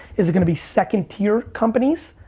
is it gonna be second tier companies,